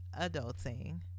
adulting